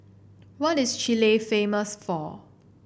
what is Chile famous for